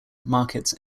markets